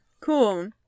Cool